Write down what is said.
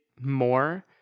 more